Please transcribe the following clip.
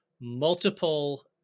multiple